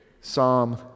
Psalm